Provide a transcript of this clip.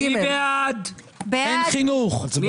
מי בעד קבלת ההסתייגות?